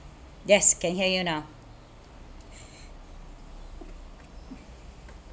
yes can hear you now